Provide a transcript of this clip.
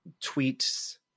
tweets